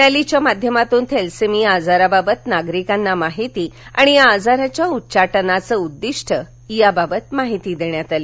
रॅलीच्या माध्यमातून थॅलेसीमिया आजाराबाबत नागरिकांना माहिती आणि या आजाराच्या उच्चाटनाचं उद्दिष्ट या बाबत माहिती देण्यात आली